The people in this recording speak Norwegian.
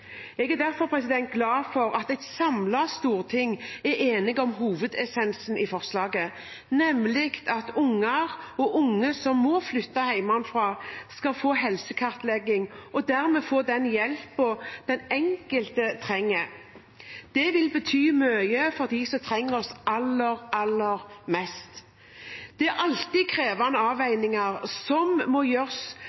Jeg er derfor glad for at et samlet storting er enige om hovedessensen i forslaget, nemlig at barn og unge som må flytte hjemmefra, skal få helsekartlegging og dermed få den hjelpen den enkelte trenger. Det vil bety mye for dem som trenger oss aller, aller mest. Det er alltid krevende